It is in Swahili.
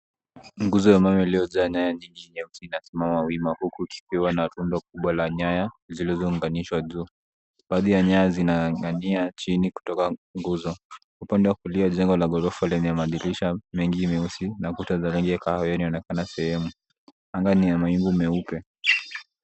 Nguzo ya mawe iiliyojaa isehemu imesimama wima huku ikipitwa na rundo mzima wa nyaya zilizopitishwa juu. Baadhi ya nyaya zinaninginia chini kutoka nguzo. Upande wa kulia jengo la ghorofa lenye madirisha mengi meusi na kuta za kahawia yanaonekana sehemu. Anga ni ya mawingu meupe.